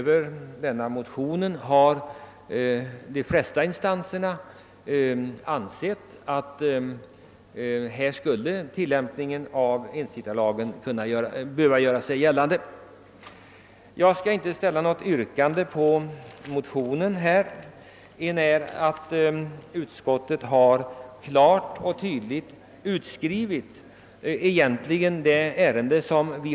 De flesta remissinstanser som yttrat sig över motionen har ansett, att ensittarlagen i detta fall borde tillämpas. Jag skall inte yrka bifall till motionen, eftersom utskottets skrivning klart tillgodser motionens syfte.